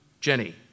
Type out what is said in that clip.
Jenny